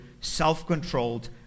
self-controlled